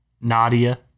Nadia